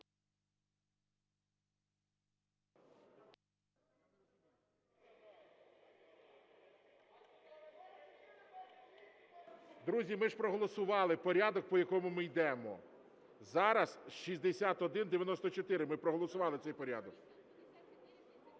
Друзі, ми ж проголосували порядок, по якому ми йдемо. Зараз 6194, ми проголосували цей порядок.